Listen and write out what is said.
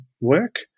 work